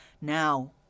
Now